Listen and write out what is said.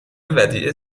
ودیعه